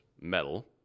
metal